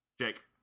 Jake